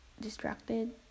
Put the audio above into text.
distracted